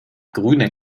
grüne